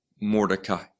Mordecai